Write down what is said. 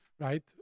Right